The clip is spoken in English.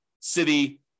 city